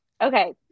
Okay